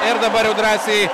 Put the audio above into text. ir dabar jau drąsiai